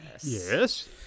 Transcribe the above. Yes